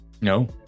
No